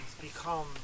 become